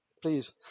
Please